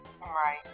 Right